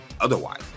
otherwise